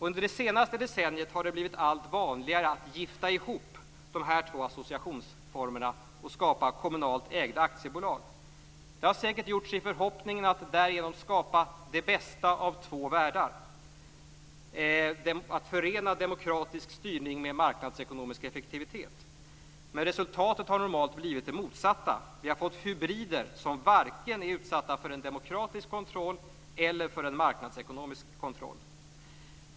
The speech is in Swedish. Under det senaste decenniet har det blivit allt vanligare att gifta ihop dessa två associationsformer och skapa kommunalt ägda aktiebolag. Det har säkert gjorts i förhoppningen att man därigenom skall skapa det bästa av två världar - att förena demokratisk styrning med marknadsekonomisk effektivitet. Men resultatet har normalt blivit det motsatta. Vi har fått hybrider som varken är utsatta för en demokratisk kontroll eller för en marknadsekonomisk kontroll.